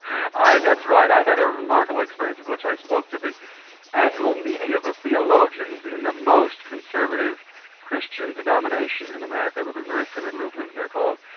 that's right, i had a remarkable experience in which i spoke to the annual meeting of the theologians in the most conservative christian denomination in america, the missouri synod lutherans they're called,